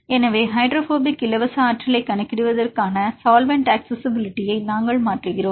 எனவே ஹைட்ரோபோபிக் இலவச ஆற்றலைக் கணக்கிடுவதற்கான சால்வெண்ட் அக்சஸிஸிபிலிட்டியை நாங்கள் மாற்றுகிறோம்